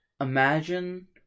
Imagine